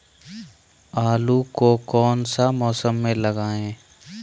आलू को कौन सा मौसम में लगाए?